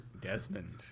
Desmond